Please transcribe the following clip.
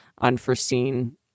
unforeseen